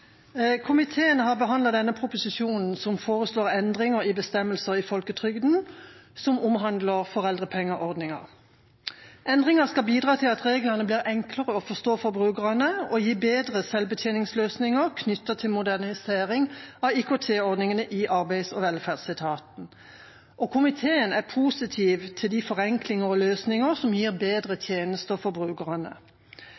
Komiteen har behandlet denne proposisjonen som foreslår endringer i bestemmelser i folketrygden som omhandler foreldrepengeordningen. Endringene skal bidra til at reglene blir enklere å forstå for brukerne, og gi bedre selvbetjeningsløsninger knyttet til modernisering av IKT-ordningene i arbeids- og velferdsetaten. Komiteen er positiv til de forenklinger og løsninger som gir bedre